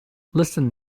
listen